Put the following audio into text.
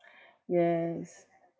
yes